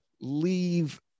leave